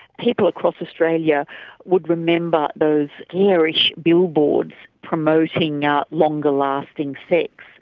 people across australia would remember those garish billboards promoting ah longer lasting sex.